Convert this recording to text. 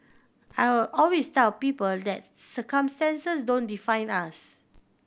I always tell people that circumstances don't define us